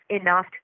enough